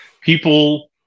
people